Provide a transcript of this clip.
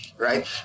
right